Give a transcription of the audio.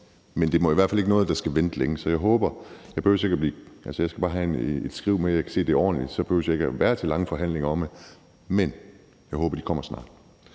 men det må i hvert fald ikke være noget, vi skal vente længe på. Jeg skal bare have et skriv, hvor jeg kan se, at det er ordentligt; så behøver jeg ikke at være til lange forhandlinger om det, men jeg håber, at de kommer snart.